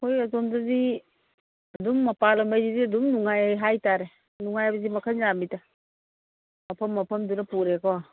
ꯑꯩꯈꯣꯏ ꯑꯗꯣꯝꯗꯗꯤ ꯑꯗꯨꯝ ꯃꯄꯥꯜ ꯂꯝ ꯍꯥꯏꯁꯤꯗꯤ ꯑꯗꯨꯝ ꯅꯨꯡꯉꯥꯏꯔꯦ ꯍꯥꯏꯇꯥꯔꯦ ꯅꯨꯡꯉꯥꯏꯕꯁꯤꯗꯤ ꯃꯈꯜ ꯌꯥꯝꯃꯤꯗ ꯃꯐꯝ ꯃꯐꯝꯗꯨꯅ ꯄꯨꯔꯦꯀꯣ